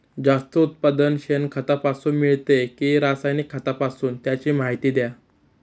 जास्त उत्पादन शेणखतापासून मिळते कि रासायनिक खतापासून? त्याची माहिती द्या